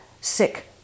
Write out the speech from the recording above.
sick